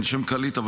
התשפ"ג 2023,